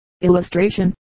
illustration